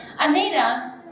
Anita